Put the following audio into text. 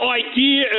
idea